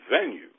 venue